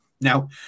now